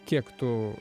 kiek tų